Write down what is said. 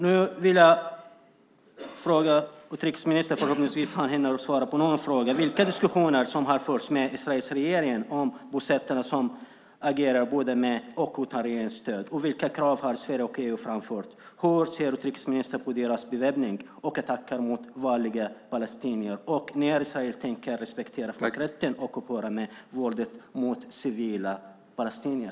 Nu vill jag fråga utrikesministern - förhoppningsvis hinner han svara på någon fråga - vilka diskussioner som har förts med Israels regering om bosättare som agerar både med och utan regeringens stöd, vilka krav Sverige och EU har framfört, hur utrikesministern ser på deras beväpning och attacker mot vanliga palestinier samt när Israel tänker respektera folkrätten och upphöra med våldet mot civila palestinier.